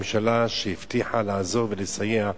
ממשלה שהבטיחה לעזור ולסייע,